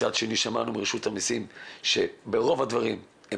מצד שני שמענו מרשות המסים שברוב הדברים הם